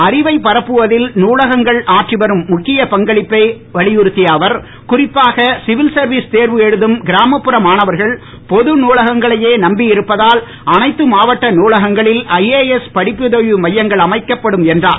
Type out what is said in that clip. அறிவைப் பரப்புவதில் நூலகங்கள் ஆற்றி வரும் முக்கிய பங்களிப்பை வலியுறுத்திய அவர் குறிப்பாக சிவில் சர்வீஸ் தேர்வு எழுதும் கிராமப்புற மாணவர்கள் பொது நூலகங்களையே நம்பி இருப்பதால் அனைத்து மாவட்ட நூலகங்களில் ஐஏஎஸ் படிப்புதவி மையங்கள் அமைக்கப்படும் என்றார்